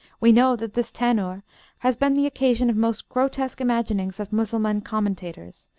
we know that this tannur has been the occasion of most grotesque imaginings of mussulman commentators,